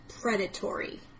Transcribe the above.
predatory